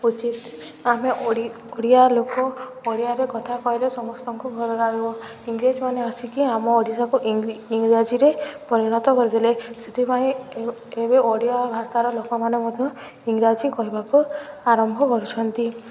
ଉଚିତ ଆମେ ଓଡ଼ିଆ ଲୋକ ଓଡ଼ିଆରେ କଥା କହିଲେ ସମସ୍ତଙ୍କୁ ଭଲ ଲାଗିବ ଇଂରେଜମାନେ ଆସିକି ଆମ ଓଡ଼ିଶାକୁ ଇଂରାଜୀରେ ପରିଣତ କରିଥିଲେ ସେଥିପାଇଁ ଏବେ ଓଡ଼ିଆ ଭାଷାର ଲୋକମାନେ ମଧ୍ୟ ଇଂରାଜୀ କହିବାକୁ ଆରମ୍ଭ କରୁଛନ୍ତି